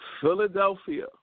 Philadelphia